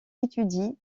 étudie